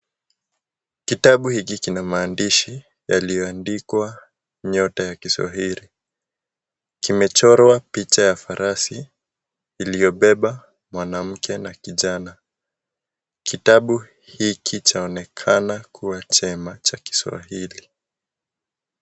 Kitabu hiki kinamaandishi yalio andikwa nyota ya kiswahili kimechorwa picha ya farasi ilio bebe mwanamke na kijana. Kitabu hiki chaonekana kua chema cha kiswahili.